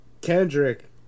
Kendrick